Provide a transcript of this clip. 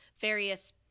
various